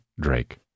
Drake